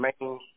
main